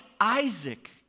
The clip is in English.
Isaac